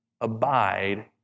Abide